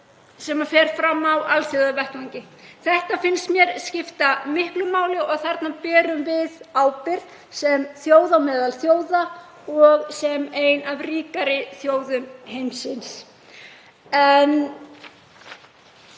sem fer fram á alþjóðavettvangi. Þetta finnst mér skipta miklu máli, þarna berum við ábyrgð sem þjóð meðal þjóða og sem ein af ríkari þjóðum heimsins.